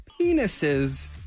penises